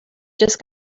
just